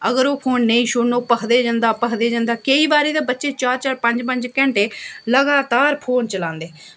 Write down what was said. अगर ओह् फोन नेईं छोड़न ओह् भखदे जंदा भखदे जंदा केईं बारी ते बच्चे चार चार पंज पंज घैंटे लगातार फोन चलांदे